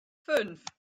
fünf